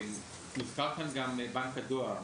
מוזכר כאן גם בנק הדואר.